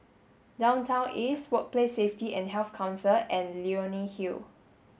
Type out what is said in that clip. Downtown East Workplace Safety and Health Council and Leonie Hill